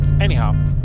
anyhow